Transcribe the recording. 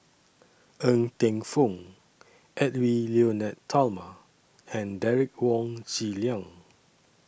Ng Teng Fong Edwy Lyonet Talma and Derek Wong Zi Liang